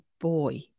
boy